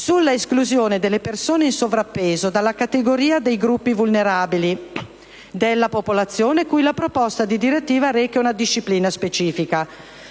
sull'esclusione delle persone in sovrappeso dalla categoria dei gruppi vulnerabili della popolazione, cui la proposta di direttiva reca una disciplina specifica.